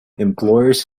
employers